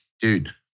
dude